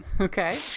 okay